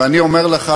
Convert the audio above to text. ואני אומר לך,